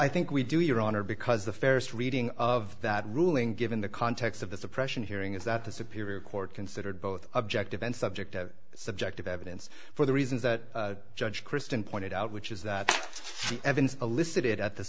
i think we do your honor because the fairest reading of that ruling given the context of the suppression hearing is that the superior court considered both objective and subjective subjective evidence for the reasons that judge kristen pointed out which is that the evidence elicited at th